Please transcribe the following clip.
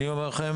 אני אומר לכם